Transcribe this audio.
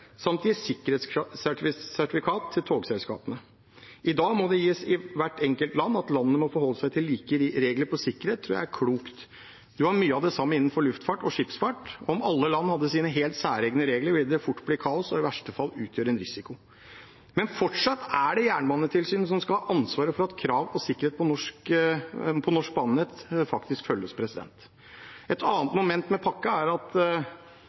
samt gi sikkerhetssertifikat til togselskapene. I dag må det gis i hvert enkelt land. At landene må forholde seg til like regler for sikkerhet, tror jeg er klokt. Man har mye av det samme innenfor luftfart og skipsfart. Om alle land hadde sine helt særegne regler, ville det fort bli kaos og i verste fall utgjøre en risiko. Men fortsatt er det Jernbanetilsynet som skal ha ansvaret for at krav til sikkerhet på norsk banenett faktisk følges. Et annet moment med jernbanepakken er at